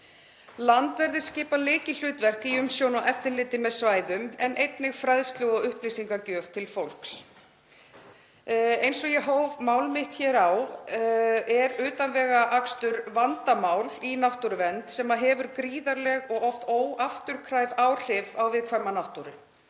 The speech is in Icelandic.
Landverðir skipa lykilhlutverk í umsjón og eftirliti með svæðum en einnig fræðslu og upplýsingagjöf til fólks. Eins og ég hóf mál mitt hér á er utanvegaakstur vandamál í náttúruvernd sem hefur gríðarleg og oft óafturkræf áhrif á viðkvæma náttúru.